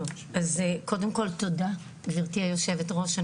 טוב, אז קודם כל תודה גברתי יושבת הראש.